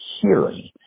hearing